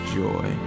joy